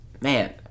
man